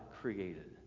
created